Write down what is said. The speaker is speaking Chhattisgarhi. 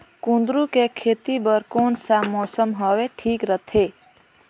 कुंदूरु के खेती बर कौन सा मौसम हवे ठीक रथे?